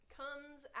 comes